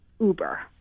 Uber